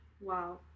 Wow